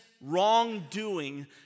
wrongdoing